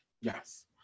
Yes